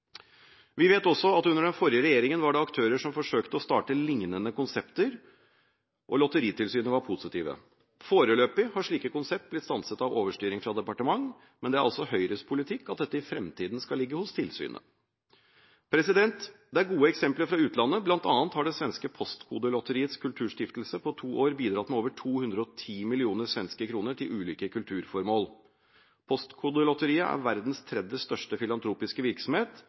Vi vet også at under den forrige regjeringen var det aktører som forsøkte å starte liknende konsepter, og Lotteritilsynet var positive. Foreløpig har slike konsepter blitt stanset av overstyring fra departementet, men det er altså Høyres politikk at dette i framtiden skal ligge hos tilsynet. Det er gode eksempler fra utlandet, bl.a. har det svenske PostkodLotteriets Kulturstiftelse på to år bidratt med over 210 mill. svenske kroner til ulike kulturformål. PostkodLotteriet er verdens tredje største filantropiske virksomhet